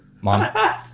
Mom